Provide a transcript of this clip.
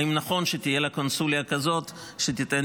האם נכון שתהיה לה קונסוליה כזאת שתיתן